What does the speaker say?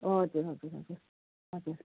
हजुर हजुर हजुर हजुर